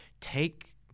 take